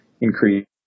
increase